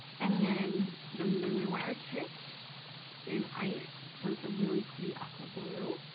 and then the memory wire kit in ice, so it's a really pretty aqua blue.